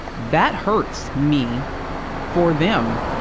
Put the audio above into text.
that hurts me for them,